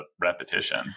repetition